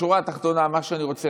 בשורה התחתונה, אני חושב